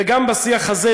וגם בשיח הזה,